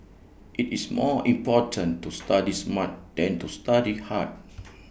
IT is more important to study smart than to study hard